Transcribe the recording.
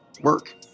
work